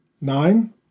nine